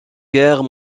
guère